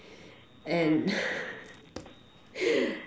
and